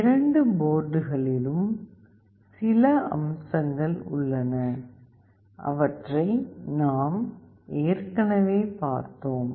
இரண்டு போர்டுகளிலும் சில அம்சங்கள் உள்ளன அவற்றை நாம் ஏற்கனவே பார்த்தோம்